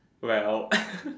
well